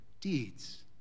deeds